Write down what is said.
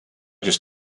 just